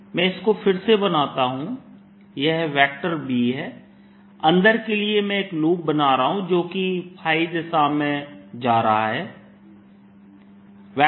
मैं इसको फिर से बनाता हूं यह B है अंदर के लिए मैं एक लूप बना रहा हूं जो कि दिशा में जा रहा है